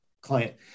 client